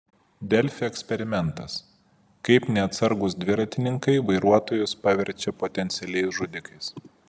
delfi eksperimentas kaip neatsargūs dviratininkai vairuotojus paverčia potencialiais žudikais